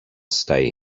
stay